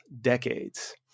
decades